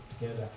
together